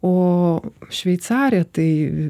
o šveicarė tai